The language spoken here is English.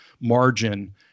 margin